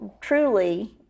truly